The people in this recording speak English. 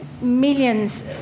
millions